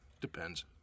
depends